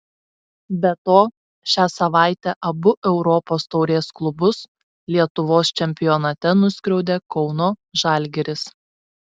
be to šią savaitę abu europos taurės klubus lietuvos čempionate nuskriaudė kauno žalgiris